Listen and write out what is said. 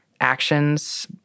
actions